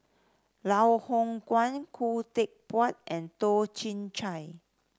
Loh Hoong Kwan Khoo Teck Puat and Toh Chin Chye